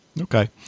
okay